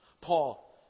Paul